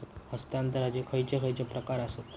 हस्तांतराचे खयचे खयचे प्रकार आसत?